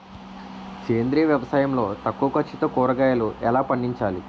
సేంద్రీయ వ్యవసాయం లో తక్కువ ఖర్చుతో కూరగాయలు ఎలా పండించాలి?